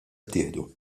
ttieħdu